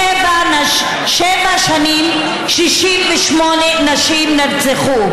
שבע שנים, 68 נשים נרצחו.